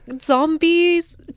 zombies